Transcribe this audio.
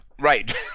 Right